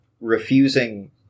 refusing